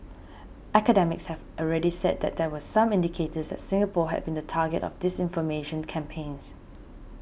academics have already said that there were some indicators that Singapore has been the target of disinformation campaigns